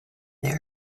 there